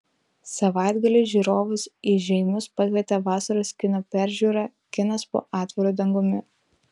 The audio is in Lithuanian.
savaitgalį žiūrovus į žeimius pakvietė vasaros kino peržiūra kinas po atviru dangumi